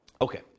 Okay